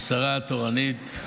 השרה התורנית,